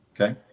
Okay